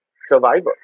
survival